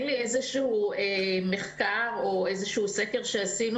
אין לי איזשהו מחקר או איזה סקר שעשינו